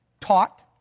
taught